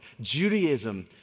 Judaism